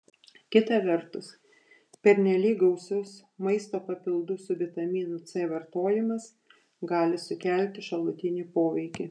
kita vertus pernelyg gausus maisto papildų su vitaminu c vartojimas gali sukelti šalutinį poveikį